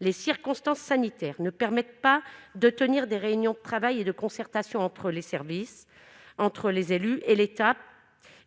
les circonstances sanitaires ne permettent pas de tenir des réunions de travail et de concertation entre les services entre les élus et l'État